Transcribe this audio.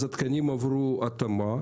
אז התקנים עברו התאמה.